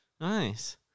Nice